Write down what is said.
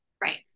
Right